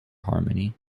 harmony